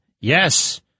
yes